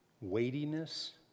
weightiness